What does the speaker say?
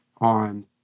on